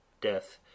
death